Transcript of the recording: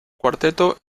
cuarteto